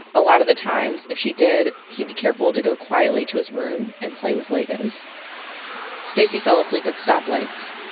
a lot of the times if she did, he'd be careful to go quietly to his room and play with legos stacie fell asleep at stoplights,